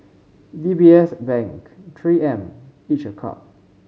D B S Bank Three M each a Cup